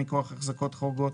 מכוח החזקות חורגות,